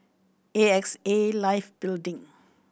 A X A Life Building